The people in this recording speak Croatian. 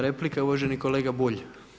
replika uvaženi kolega Bulj.